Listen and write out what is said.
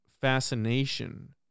fascination